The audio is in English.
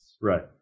Right